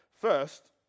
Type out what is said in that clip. First